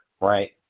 right